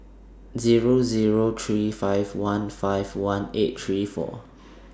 Zero Zero three five one five one eight three four